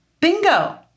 Bingo